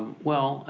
well, ah